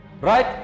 Right